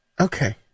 Okay